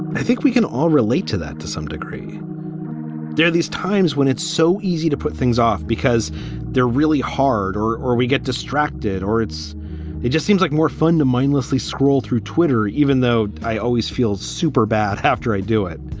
i think we can all relate to that to some degree there are these times when it's so easy to put things off because they're really hard or or we get distracted or it's it just seems like more fun to mindlessly scroll through twitter, even though i always feel super bad after i do it.